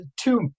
two